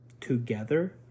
together